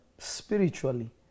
Spiritually